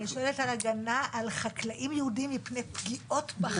אני שואלת על הגנה על חקלאים יהודים מפני פגיעות בחקלאות שלהם.